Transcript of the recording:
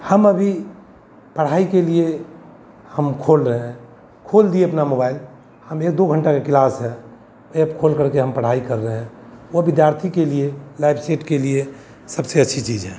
हम अभी पढ़ाई के लिए हम खोल रहे हैं खोल दिए अपना मोबाइल हम एक दो घंटा के क्लास है ऐप खोलकर के हम पढ़ाई कर रहे हैं और विद्यार्थी के लिए लाइफ सेट के लिए सबसे अच्छी चीज़ है